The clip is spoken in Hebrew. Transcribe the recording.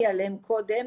שדיברתי עליהן קודם,